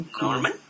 Norman